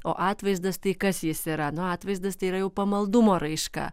o atvaizdas tai kas jis yra nu atvaizdas tai yra jau pamaldumo raiška